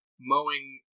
mowing